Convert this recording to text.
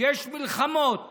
שיש מלחמות